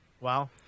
Wow